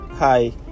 Hi